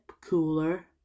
cooler